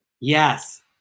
Yes